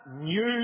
new